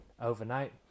overnight